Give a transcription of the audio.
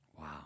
Wow